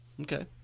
Okay